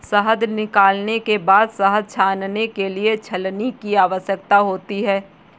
शहद निकालने के बाद शहद छानने के लिए छलनी की आवश्यकता होती है